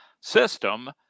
system